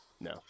No